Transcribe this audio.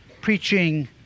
preaching